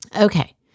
Okay